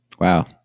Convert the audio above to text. Wow